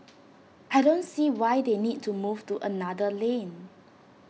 I don't see why they need to move to another lane